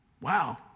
wow